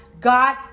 God